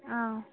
ꯑꯥ